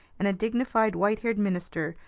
and a dignified white-haired minister,